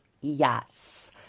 yes